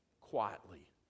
quietly